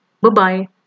Bye-bye